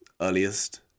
earliest